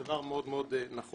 זה דבר מאוד נחוץ.